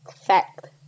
fact